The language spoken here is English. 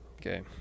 Okay